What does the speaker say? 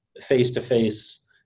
face-to-face